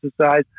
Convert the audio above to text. exercise